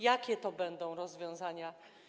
Jakie to będą rozwiązania?